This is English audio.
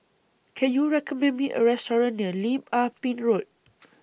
Can YOU recommend Me A Restaurant near Lim Ah Pin Road